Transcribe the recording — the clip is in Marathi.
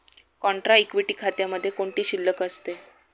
कॉन्ट्रा इक्विटी खात्यामध्ये कोणती शिल्लक असते?